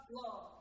love